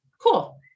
cool